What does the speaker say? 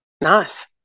Nice